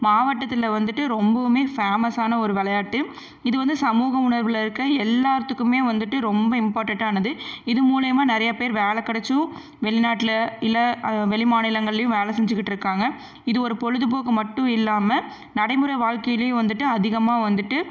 மாவட்டத்தில் வந்துட்டு ரொம்பவுமே ஃபேமஸ்சான ஒரு விளையாட்டு இது வந்து சமூக உணர்வில் இருக்க எல்லாத்துக்குமே வந்துட்டு ரொம்ப இம்பார்ட்டன்ட் ஆனது இது மூலயமா நிறையா பேருக்கு வேலை கிடைச்சும் வெளிநாட்டில இல்லை வெளி மாநிலங்கள்லயும் வேலை செஞ்சிகிட்டு இருக்காங்கள் இது ஒரு பொழுது போக்கு மட்டும் இல்லாமல் நடைமுறை வாழ்க்கையிலயும் வந்துட்டு அதிகமாக வந்துட்டு